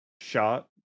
shot